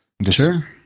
Sure